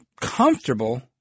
comfortable